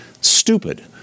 Stupid